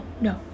no